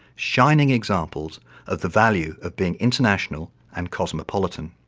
shining examples of the value of being international and cosmopolitan.